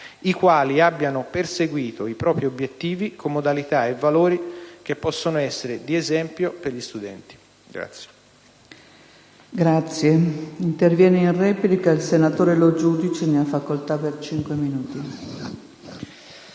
i quali abbiano perseguito i propri obiettivi con modalità e valori che possono essere di esempio per gli studenti. [LO